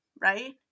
right